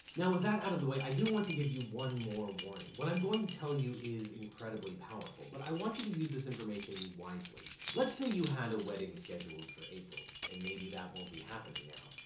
now, with that out of the way, i do want to give you one more warning. what i'm going tell you is incredibly powerful. but i want you to use this information wisely. let's say you had a wedding scheduled for april, and maybe that won't be happening now.